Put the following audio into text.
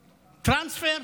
טרנספר.